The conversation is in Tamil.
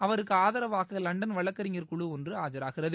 அவருக்கு ஆதராவாக லண்டன் வழக்கறிஞர் குழு ஒன்று ஆஜராகிறது